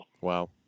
Wow